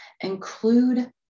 include